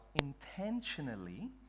intentionally